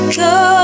go